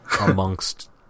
amongst